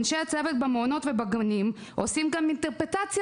אנשי הצוות במעונות ובגנים עושים גם אינטרפרטציה